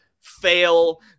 fail